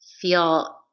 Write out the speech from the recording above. feel